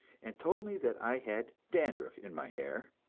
and told me that i had dandruff in my hair,